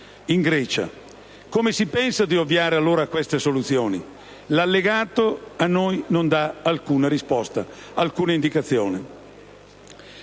in Grecia. Come si pensa di ovviare allora a queste situazioni? L'allegato a noi non dà alcuna risposta, alcuna indicazione.